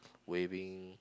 waving